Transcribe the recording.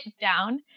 down